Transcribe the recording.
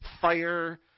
fire